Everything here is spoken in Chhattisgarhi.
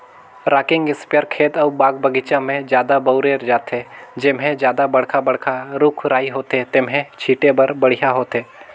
रॉकिंग इस्पेयर खेत अउ बाग बगीचा में जादा बउरे जाथे, जेम्हे जादा बड़खा बड़खा रूख राई होथे तेम्हे छीटे बर बड़िहा होथे